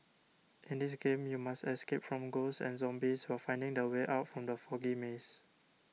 in this game you must escape from ghosts and zombies while finding the way out from the foggy maze